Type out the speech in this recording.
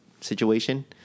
situation